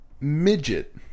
midget